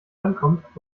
ankommt